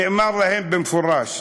נאמר להם במפורש,